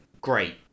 Great